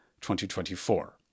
2024